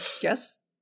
guess